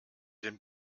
den